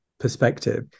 perspective